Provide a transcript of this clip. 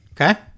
Okay